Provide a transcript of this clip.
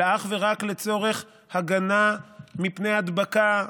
אלא אך ורק לצורך הגנה מפני הדבקה,